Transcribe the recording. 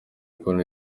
ukuntu